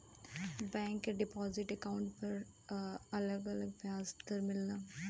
bank में deposit account पर अलग अलग ब्याज दर मिलला